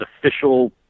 official